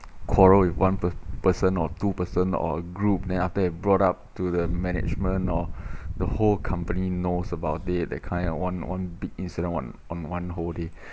quarrel with one per~ person or two person or group then after they brought up to the management or the whole company knows about it that kind of one one big incident one on one whole day